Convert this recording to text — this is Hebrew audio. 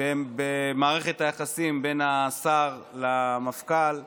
במערכת היחסים בין השר למפכ"ל,